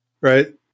right